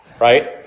right